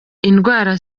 indwara